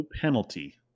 penalty